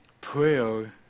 prayer